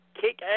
kick